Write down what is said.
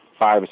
five